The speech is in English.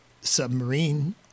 submarine